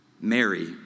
Mary